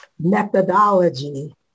methodology